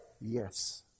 Yes